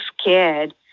scared